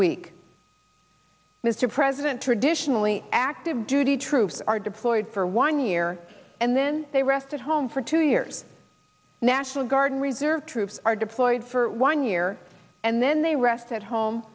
week mr president traditionally active duty troops are deployed for one year and then they rest at home for two years national guard and reserve troops are deployed for one year and then they rest at home